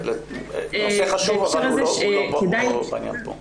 הנושא חשוב אבל הוא לא נוגע בעניין פה.